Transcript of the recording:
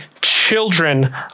children